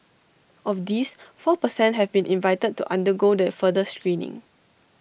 of these four per cent have been invited to undergo the further screening